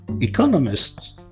Economists